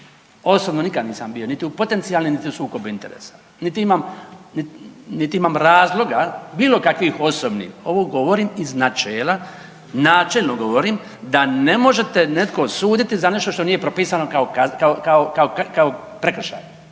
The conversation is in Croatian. osobno nikad nisam bio niti u potencionalnim, niti u sukobu interesa, niti imam, niti imam razloga bilo kakvih osobnih. Ovo govorim iz načela, načelno govorim da ne možete te netko osuditi za nešto što nije propisano kao prekršaj.